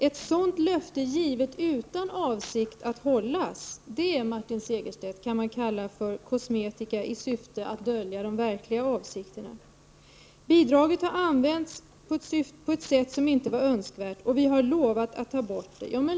Ett sådant löfte, givet utan avsikt att hållas, Martin Segerstedt, det kan man kalla för kosmetika i syfte att dölja de verkliga avsikterna! Bidraget har använts på ett sätt som inte var önskvärt, och vi har lovat att ta bort det.